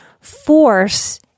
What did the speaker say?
force